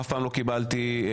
אף פעם לא קיבלתי התייחסות.